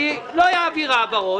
לא אעביר העברות.